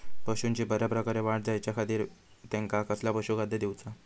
पशूंची बऱ्या प्रकारे वाढ जायच्या खाती त्यांका कसला पशुखाद्य दिऊचा?